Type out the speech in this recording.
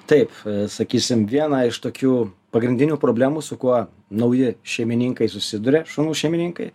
taip sakysim viena iš tokių pagrindinių problemų su kuo nauji šeimininkai susiduria šunų šeimininkai